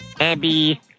Abby